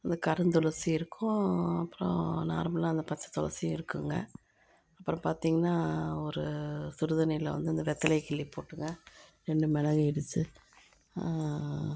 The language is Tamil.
அந்த கருந்துளசி இருக்கும் அப்புறம் நார்மலாக அந்த பச்சை துளசியும் இருக்குங்க அப்புறம் பார்த்திங்கன்னா ஒரு சுடுதண்ணியில வந்து இந்த வெத்தலையை கிள்ளிப்போட்டுங்க ரெண்டு மிளகு இடிச்சு